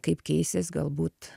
kaip keisis galbūt